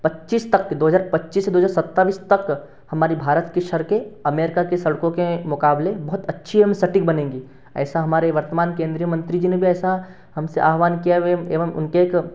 पच्चीस तक दो हजार पच्चीस से दो हजार सत्ताईस तक हमारी भारत की सड़कें अमेरिका के सड़कों के मुकाबले बहुत अच्छी एवं सटीक बनेंगी ऐसा हमारे वर्तमान केंदीय मंत्री जी ने भी ऐसा हमसे आह्वान किया है वे एवं उनके एक